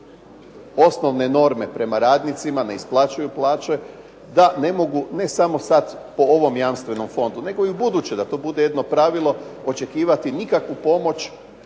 osnovne norme prema radnicima, ne isplaćuju plaće da ne mogu ne samo sada po ovom jamstvenom fondu, nego i ubuduće da to bude jedno pravilo očekivati nikakvu pomoć